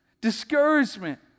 Discouragement